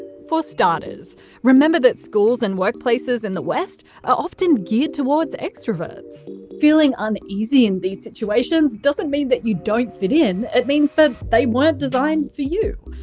for starters remember that schools and workplaces in the west are often geared towards extraverts. feeling uneasy in these situations doesn't mean that you don't fit in, it means they weren't designed for you.